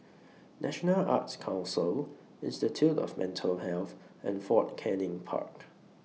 National Arts Council Institute of Mental Health and Fort Canning Park